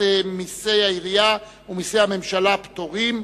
מסי העירייה ומסי הממשלה (פטורין)